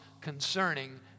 concerning